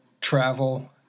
travel